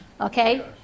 okay